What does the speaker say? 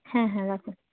হ্যাঁ হ্যাঁ রাখুন